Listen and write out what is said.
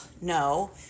No